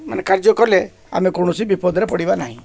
ମାନେ କାର୍ଯ୍ୟ କଲେ ଆମେ କୌଣସି ବିପଦରେ ପଡ଼ିବା ନାହିଁ